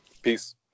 Peace